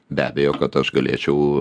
be abejo kad aš galėčiau